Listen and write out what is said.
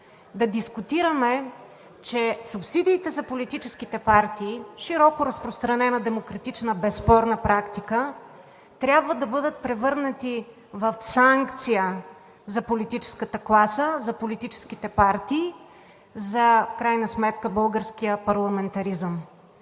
да дискутираме, че субсидиите за политическите партии – широко разпространена демократична безспорна практика, трябва да бъдат превърнати в санкция за политическата класа, за политическите партии, в крайна сметка за българския парламентаризъм?